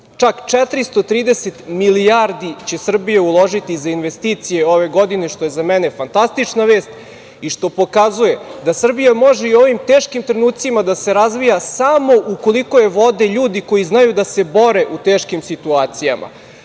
Čak 430 milijardi će Srbija uložiti za investicije ove godine, što je za mene fantastična vest i što pokazuje da Srbija može i u ovim teškim trenucima da se razvija samo ukoliko je vode ljudi koji znaju da se bore u teškim situacijama. Mi